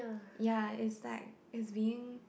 ya it's like it's being